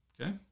okay